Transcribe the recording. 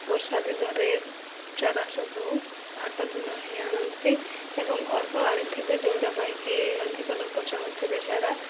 ବର୍ଷା ଦିନରେ ଚାରା ସବୁ ହାଟ ଦିନ ହିଁ ଆଣନ୍ତି ଏବଂ ଅଳ୍ପ ଆଣିଥିବେ ଯେଉଁଟା ପାଇଁକି ଅଧିକ ଲୋକ ଚାହୁଁଥିବେ ଚାରା